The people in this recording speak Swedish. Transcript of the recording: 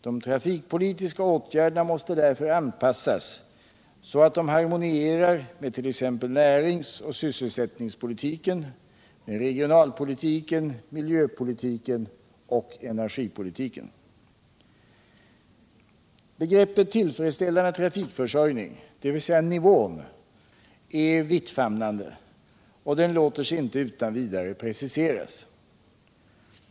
De trafikpolitiska åtgärderna måste därför anpassas så att de harmonierar med t.ex. näringsoch sysselsättningspolitiken, regionalpolitiken, miljöpolitiken och energipolitiken. Begreppet tillfredsställande trafikförsörjning, dvs. nivån, är vittfamnande och låter sig inte utan vidare preciseras.